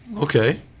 Okay